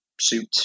suit